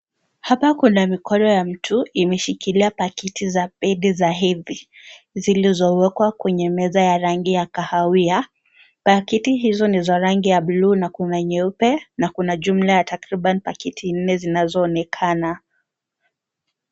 Hapa kuna mikino ya mtu imeshikilia mikono za pedi za hedhi , zilizowekwa kwenye meza ya rangi ya kahawia. Pakiti hizo ni za rangi ya buluu na kuna nyeupe na kuna jumla ya takrban pakiti nne zinazoonekana.